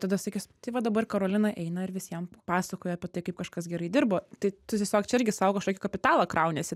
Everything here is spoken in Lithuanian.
tada sakys tai va dabar karolina eina ir visiem pasakoja apie tai kaip kažkas gerai dirbo tai tu tiesiog čia irgi sau kažkokį kapitalą krauniesi